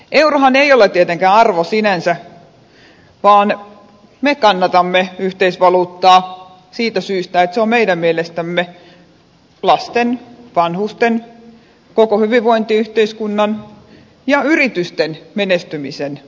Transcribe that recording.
eurohan ei ole tietenkään arvo sinänsä vaan me kannatamme yhteisvaluuttaa siitä syystä että se on meidän mielestämme lasten vanhusten koko hyvinvointiyhteiskunnan ja yritysten menestymisen tae